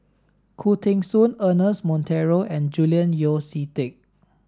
Khoo Teng Soon Ernest Monteiro and Julian Yeo See Teck